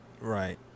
Right